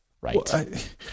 Right